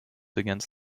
against